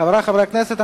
חברי חברי הכנסת,